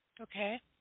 okay